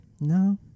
No